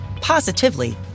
positively